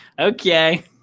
okay